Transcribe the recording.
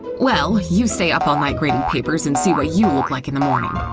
well, you stay up all night grading papers and see what you look like in the morning.